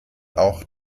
auch